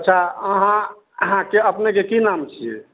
अच्छा अहाँ अहाँके अपनेके की नाम छियै